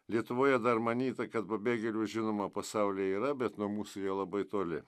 lietuvoje dar manyta kad pabėgėlių žinoma pasaulyje yra bet nuo mūsų jie labai toli